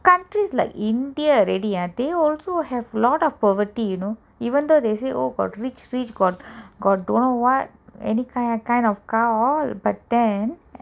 countries like india already they already have lots of poverty you know even they say oh got rich rich don't know what any kind of car all but then